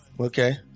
Okay